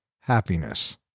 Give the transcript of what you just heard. happiness